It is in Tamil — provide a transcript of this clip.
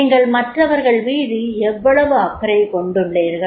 நீங்கள் மற்றவர்கள்மீது எவ்வளவு அக்கறை கொண்டுள்ளீர்கள்